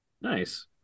Nice